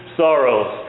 sorrows